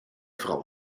frau